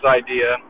idea